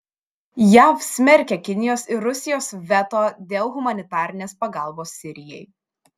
jav smerkia kinijos ir rusijos veto dėl humanitarinės pagalbos sirijai